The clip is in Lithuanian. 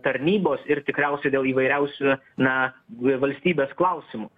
tarnybos ir tikriausiai dėl įvairiausių na valstybės klausimų